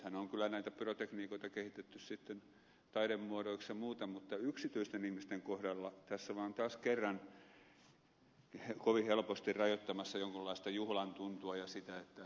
nythän on kyllä näitä pyrotekniikoita kehitetty sitten taidemuodoiksi ja muuta mutta yksityisten ihmisten kohdalla tässä vaan taas kerran kovin helposti ollaan rajoittamassa jonkunlaista juhlan tuntua ja sitä että yksilöt itse päättäisivät